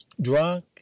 drunk